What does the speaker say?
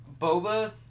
Boba